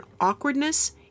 Awkwardness